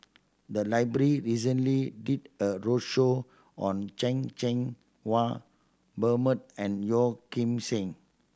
the library recently did a roadshow on Chan Cheng Wah Bernard and Yeo Kim Seng